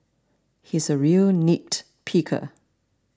he is a real nitpicker